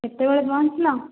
କେତେବେଳେ ପହଞ୍ଚିଲ